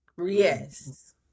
Yes